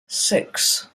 six